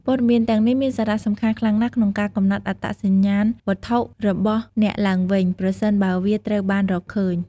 ព័ត៌មានទាំងនេះមានសារៈសំខាន់ខ្លាំងណាស់ក្នុងការកំណត់អត្តសញ្ញាណវត្ថុរបស់អ្នកឡើងវិញ ប្រសិនបើវាត្រូវបានរកឃើញ។